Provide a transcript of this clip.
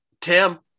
tim